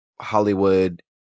Hollywood